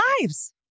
lives